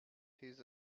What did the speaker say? his